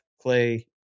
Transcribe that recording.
Clay